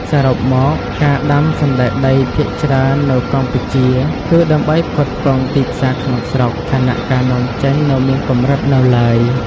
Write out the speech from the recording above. សរុបមក ការដាំសណ្ដែកដីភាគច្រើននៅកម្ពុជាគឺដើម្បីផ្គត់ផ្គង់ទីផ្សារក្នុងស្រុក ខណៈការនាំចេញនៅមានកម្រិតនៅឡើយ។